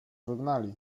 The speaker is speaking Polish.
wygnali